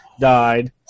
died